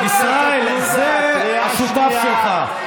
ישראל, זה השותף שלך.